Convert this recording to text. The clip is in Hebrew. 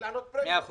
להעלות את הפרמיה.